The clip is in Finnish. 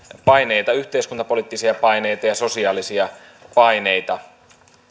paineita yhteiskuntapoliittisia paineita ja sosiaalisia paineita